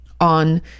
on